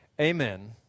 amen